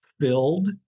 filled